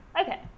Okay